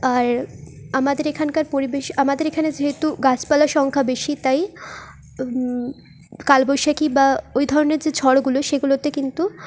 আর আমাদের এখানকার পরিবেশ আমাদের এখানে যেহেতু গাছপালার সংখ্যা বেশি তাই কালবৈশাখী বা ওই ধরনের যে ঝড়গুলো সেগুলোতে কিন্তু